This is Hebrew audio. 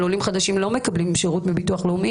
עולים חדשים לא מקבלים שירות מביטוח לאומי